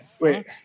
wait